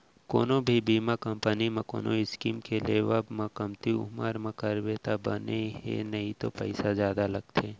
कोनो भी बीमा कंपनी म कोनो स्कीम के लेवब म कमती उमर म करबे तब बने हे नइते पइसा जादा लगथे